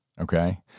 Okay